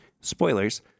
Spoilers